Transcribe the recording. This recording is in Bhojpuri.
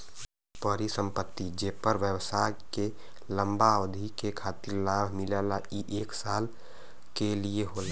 परिसंपत्ति जेपर व्यवसाय के लंबा अवधि के खातिर लाभ मिलला ई एक साल के लिये होला